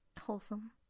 Wholesome